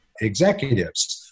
executives